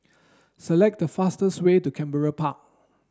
select the fastest way to Canberra Park